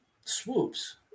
Swoops